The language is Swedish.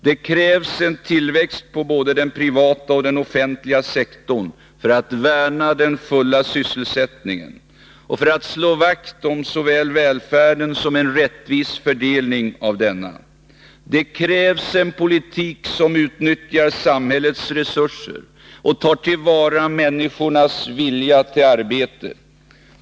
Det krävs en tillväxt i både den privata och den offentliga sektorn, för att värna den fulla sysselsättningen och för att slå vakt om såväl välfärden som en rättvis fördelning av denna. Det krävs en politik som utnyttjar samhällets resurser och tar till vara människornas vilja till arbete.